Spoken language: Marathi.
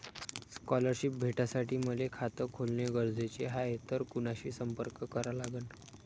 स्कॉलरशिप भेटासाठी मले खात खोलने गरजेचे हाय तर कुणाशी संपर्क करा लागन?